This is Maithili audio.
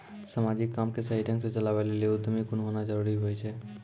समाजिक काम के सही ढंग से चलावै लेली उद्यमी गुण होना जरूरी हुवै छै